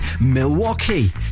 Milwaukee